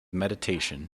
meditation